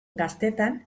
gaztetan